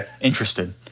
interested